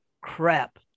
crap